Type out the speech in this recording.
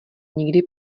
nikdy